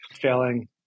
failing